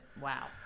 Wow